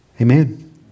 Amen